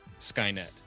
Skynet